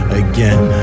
again